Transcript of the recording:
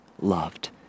loved